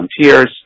volunteers